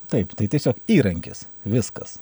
taip tai tiesiog įrankis viskas